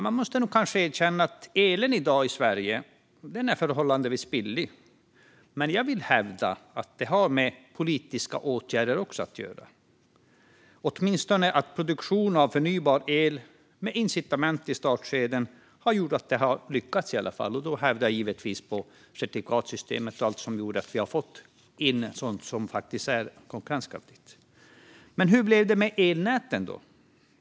Man måste nog erkänna att elen i Sverige i dag är förhållandevis billig, men jag vill hävda att detta också har med politiska åtgärder att göra, åtminstone att produktion av förnybar el med incitament i startskedet har gjort att detta lyckats. Jag tänker givetvis också på certifikatsystemet och allt som gjort att vi fått in sådant som faktiskt är konkurrenskraftigt. Men hur blev det med elnäten då?